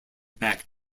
back